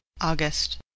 August